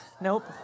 nope